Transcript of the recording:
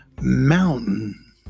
mountain